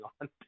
on